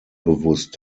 bewusst